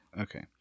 Okay